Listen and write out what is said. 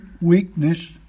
weakness